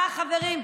אה, חברים?